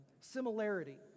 similarity